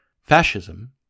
Fascism